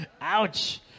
Ouch